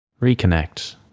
Reconnect